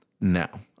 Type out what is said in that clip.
now